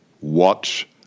Watch